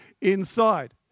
inside